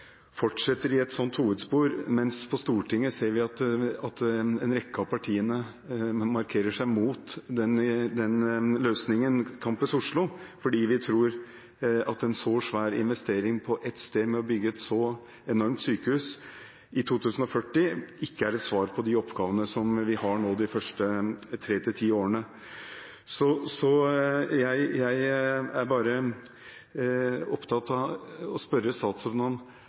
fortsetter i et sånt hovedspor, mens vi på Stortinget ser at en rekke av partiene markerer seg mot den løsningen, Campus Oslo, fordi man tror at en så svær investering på ett sted, å bygge et så enormt sykehus, som i planen for 2040, ikke er et svar på de oppgavene som vi har nå de første tre til ti årene. Så jeg er bare opptatt av å spørre statsråden: